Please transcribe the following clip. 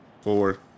Four